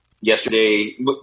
Yesterday